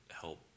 help